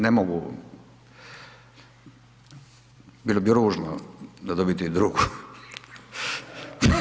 Ne mogu, bilo bi ružno da dobite i drugu.